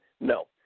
No